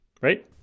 Right